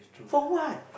for what